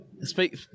Speak